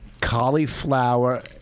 Cauliflower